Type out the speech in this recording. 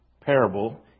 parable